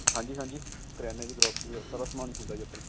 ਹਾਂਜੀ ਹਾਂਜੀ ਕਰਿਆਨੇ ਦੀ ਗਰੋਸਰੀ ਦਾ ਸਾਰਾ ਸਮਾਨ ਹੀ ਹੁੰਦਾ ਜੀ ਆਪਣੇ ਕੋਲ